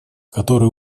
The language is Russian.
который